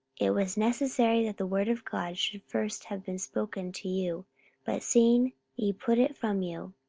it was necessary that the word of god should first have been spoken to you but seeing ye put it from you,